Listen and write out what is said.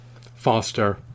foster